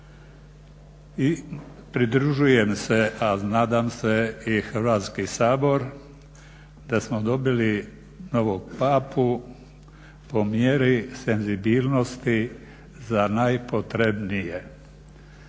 I pridružujem se, a nadam se i Hrvatski sabor, da smo dobili novog Papu po mjeri senzibilnosti za najpotrebnije.